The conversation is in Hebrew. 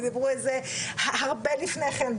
ודיברו על זה הרבה לפני כן.